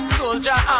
soldier